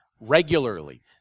regularly